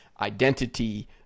identity